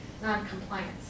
non-compliance